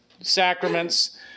sacraments